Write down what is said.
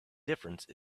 difference